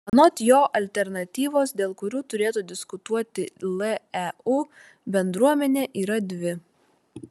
anot jo alternatyvos dėl kurių turėtų diskutuoti leu bendruomenė yra dvi